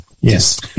Yes